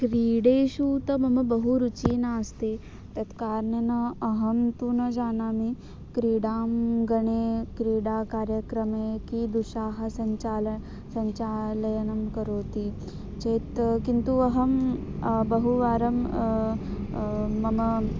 क्रीडेषु त मम बहु रुचिः नास्ति तत्कारणेन अहं तु न जानामि क्रीडाङ्गणे क्रीडाकार्यक्रमे कीदृशं सञ्चालनं सञ्चालनं करोति चेत् किन्तु अहं बहुवारं मम